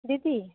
ଦିଦି